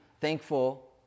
thankful